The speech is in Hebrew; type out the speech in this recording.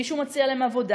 ומישהו מציע להם עבודה,